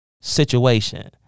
situation